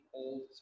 old